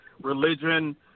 religion